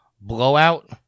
blowout